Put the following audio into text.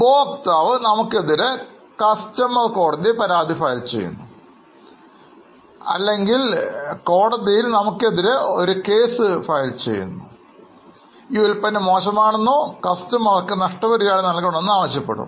ഉപഭോക്താവ് നമുക്കെതിരെ ഉപഭോക്ത്യ കോടതിയിൽ പരാതി ഫയൽ ചെയ്യുന്നു അല്ലെങ്കിൽ കോടതിയിൽ നമ്മൾക്കെതിരെ ഒരു കേസ് ഫയൽ ചെയ്യുന്നു ഈ ഉൽപ്പന്നം മോശമാണെന്നും ഉപഭോക്താവിന് നഷ്ടപരിഹാരം നൽകണമെന്നും ആവശ്യപ്പെടും